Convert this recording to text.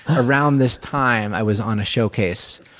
around this time, i was on a showcase.